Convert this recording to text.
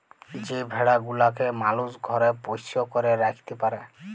যে ভেড়া গুলাকে মালুস ঘরে পোষ্য করে রাখত্যে পারে